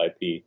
IP